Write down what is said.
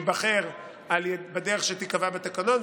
ייבחר בדרך שתיקבע בתקנון,